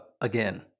again